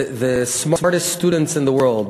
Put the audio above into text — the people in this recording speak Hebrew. The Smartest Students In The World,